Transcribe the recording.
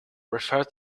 referred